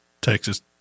Texas